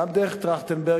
גם דרך טרכטנברג,